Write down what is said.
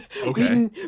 okay